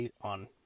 on